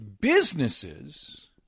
businesses